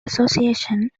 association